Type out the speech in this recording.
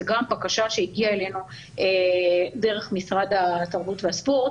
זו גם בקשה שהגיעה אלינו דרך משרד התרבות והספורט